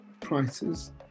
prices